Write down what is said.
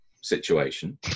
situation